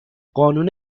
قانون